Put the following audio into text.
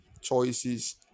choices